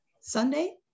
Sunday